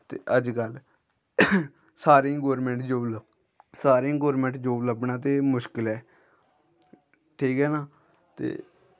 ते अजकल्ल सारें गी गौरमैंट जॉब सारें गी गौरमैंट जॉब लभना ते मुश्कल ऐ ठीक ऐ नां ते